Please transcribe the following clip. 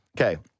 Okay